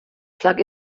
plug